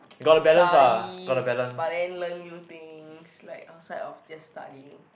study but then learn new things like outside of just studying